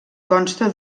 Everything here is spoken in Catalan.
consta